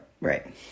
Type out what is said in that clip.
Right